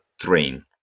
train